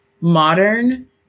modern